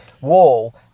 wall